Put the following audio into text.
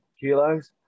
kilos